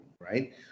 right